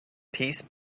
peace